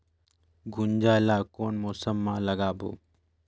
गुनजा ला कोन मौसम मा लगाबो?